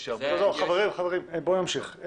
בואו נמשיך.